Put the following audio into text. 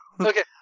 Okay